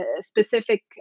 specific